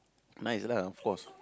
nice lah of course